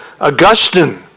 Augustine